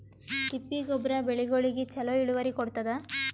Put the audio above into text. ತಿಪ್ಪಿ ಗೊಬ್ಬರ ಬೆಳಿಗೋಳಿಗಿ ಚಲೋ ಇಳುವರಿ ಕೊಡತಾದ?